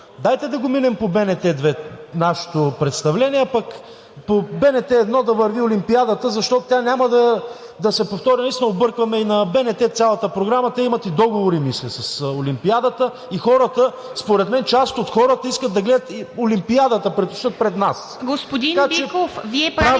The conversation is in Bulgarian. Господин Биков, Вие правите